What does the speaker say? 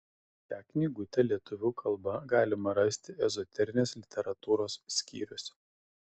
šią knygutę lietuvių kalba galima rasti ezoterinės literatūros skyriuose